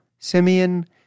Simeon